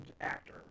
actor